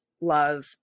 love